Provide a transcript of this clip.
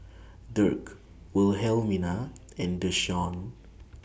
Dirk Wilhelmina and Deshaun